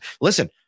Listen